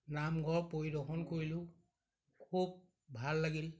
নামঘৰ পৰিদৰ্শন কৰিলোঁ খুব ভাল লাগিল